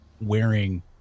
wearing